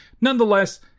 nonetheless